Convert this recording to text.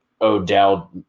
Odell